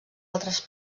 altres